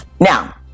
now